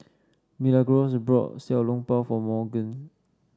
Milagros bought Xiao Long Bao for Morgan